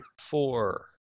four